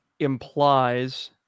implies